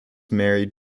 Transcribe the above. married